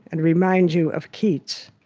and remind you of keats,